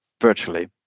virtually